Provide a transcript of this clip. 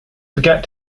forget